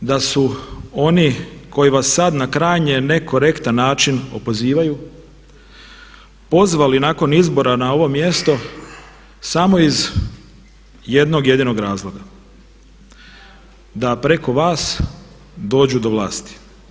Istina je to da su oni koji vas sad na krajnje nekorektan način opozivaju pozvali nakon izbora na ovo mjesto samo iz jednog jedinog razloga da preko vas dođu do vlasti.